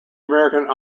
american